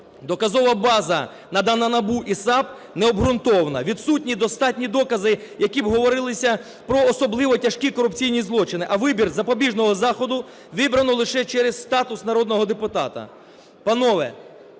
Доказова база, надана НАБУ і САП, необґрунтована. Відсутні достатні докази, в яких би говорилося про особливо тяжкі корупційні злочини, а вибір запобіжного заходу вибрано лише через статус народного депутата.